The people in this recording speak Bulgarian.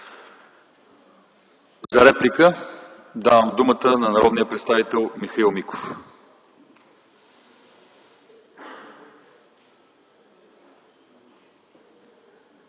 За реплика давам думата на народния представител Михаил Миков.